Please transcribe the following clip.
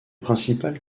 principales